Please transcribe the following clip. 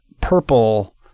purple